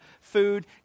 food